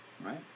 Right